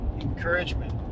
encouragement